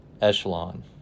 echelon